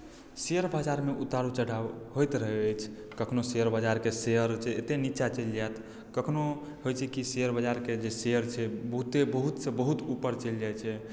share बाजारमे उतार चढ़ाव होइत रहैत अछि कखनहु शेयर बाजारके शेयर एतेक नीचाँ चलि जायत कखनहु होइत छै कि शेयर बाजारके जे शेयर बहुते बहुतसँ बहुत ऊपर चलि जाइत छै